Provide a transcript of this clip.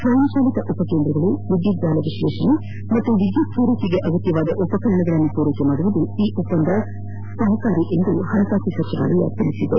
ಸ್ವಯಂಚಾಲಿತ ಉಪಕೇಂದ್ರಗಳು ವಿದ್ಯುತ್ ಜಾಲ ವಿಶ್ಲೇಷಣೆ ಮತ್ತು ವಿದ್ಯುತ್ ಪೂರೈಕೆಗೆ ಅಗತ್ಯವಾದ ಉಪಕರಣಗಳನ್ನು ಒದಗಿಸಲು ಈ ಒಪ್ಪಂದ ಸಹಕಾರಿ ಎಂದು ಹಣಕಾಸು ಸಚಿವಾಲಯ ಹೇಳಿದೆ